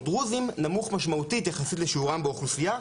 דרוזים נמוך משמעותית יחסית לשיעורם באוכלוסייה,